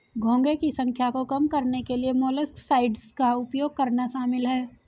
घोंघे की संख्या को कम करने के लिए मोलस्कसाइड्स का उपयोग करना शामिल है